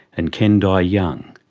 and can die young.